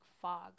fog